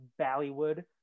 Bollywood